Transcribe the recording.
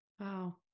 Wow